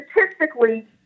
statistically